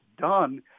done